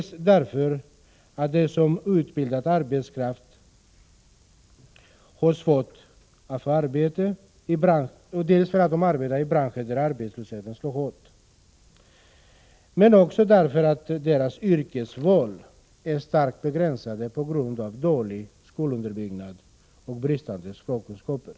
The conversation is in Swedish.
Som outbildad arbetskraft har de svårt att få arbete, de arbetar i branscher där arbetslösheten slår hårt, och deras yrkesval är starkt begränsat på grund av dålig skolunderbyggnad och bristande språkkunskaper.